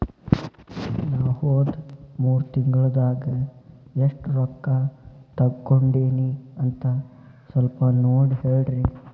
ನಾ ಹೋದ ಮೂರು ತಿಂಗಳದಾಗ ಎಷ್ಟು ರೊಕ್ಕಾ ತಕ್ಕೊಂಡೇನಿ ಅಂತ ಸಲ್ಪ ನೋಡ ಹೇಳ್ರಿ